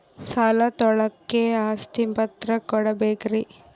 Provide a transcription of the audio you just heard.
ಸಾಲ ತೋಳಕ್ಕೆ ಆಸ್ತಿ ಪತ್ರ ಕೊಡಬೇಕರಿ?